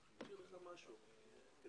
קודם כל, רציתי